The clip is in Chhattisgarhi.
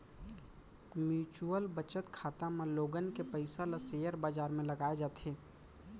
म्युचुअल बचत खाता म लोगन के पइसा ल सेयर बजार म लगाए जाथे